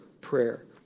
prayer